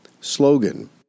slogan